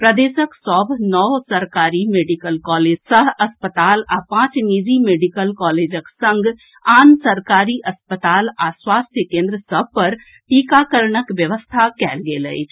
प्रदेशक सभ नओ सरकारी मेडिकल कॉलेज सह अस्पताल आ पांच निजी मेडिकल कॉलेजक संग आन सरकारी अस्पताल आ स्वास्थ्य केन्द्र सभ पर टीकाकरणक व्यवस्था कयल गेल अछि